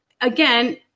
again